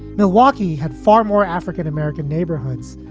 milwaukee had far more african-american neighborhoods,